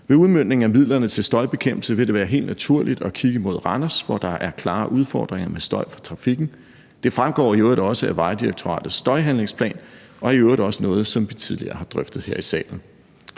Ved udmøntningen af midlerne til støjbekæmpelse vil det være helt naturligt at kigge mod Randers, hvor der er klare udfordringer med støj fra trafikken. Det fremgår i øvrigt også af Vejdirektoratets støjhandlingsplan og er i øvrigt også noget, som vi tidligere har drøftet her i salen.